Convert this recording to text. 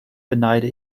beneide